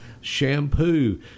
shampoo